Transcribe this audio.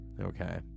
okay